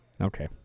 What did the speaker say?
Okay